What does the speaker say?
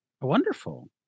Wonderful